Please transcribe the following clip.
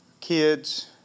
kids